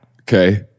Okay